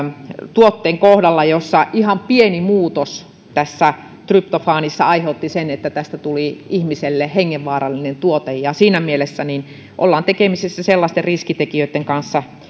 tuotteen kohdalla kun ihan pieni muutos tässä tryptofaanissa aiheutti sen että tästä tuli ihmiselle hengenvaarallinen tuote siinä mielessä ollaan tekemisissä sellaisten riskitekijöitten kanssa